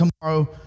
tomorrow